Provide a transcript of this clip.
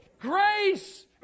Grace